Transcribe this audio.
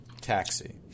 Taxi